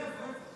איפה?